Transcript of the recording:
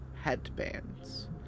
headbands